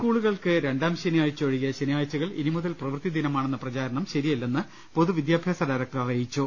സ്കൂളുകൾക്ക് രണ്ടാം ശനിയാഴ്ച ഒഴികെ ശനിയാഴ്ചകൾ ഇനി മുതൽ പ്രവൃത്തിദിനമാണെന്ന പ്രചാരണം ശരിയല്ലെന്ന് പൊതുവിദ്യാഭ്യാസ ഡയറക്ടർ അറിയിച്ചു